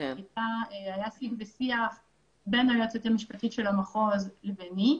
היה שיג ושיח בין היועצת המשפטית של המחוז לביני,